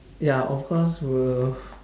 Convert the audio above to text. ya of course will